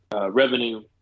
revenue